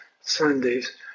Sundays